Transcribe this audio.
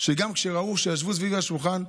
גם כשראו שישבו סביב השולחן,